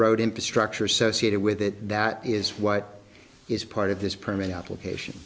road infrastructure associated with it that is what is part of this permit application